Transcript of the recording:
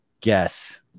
guess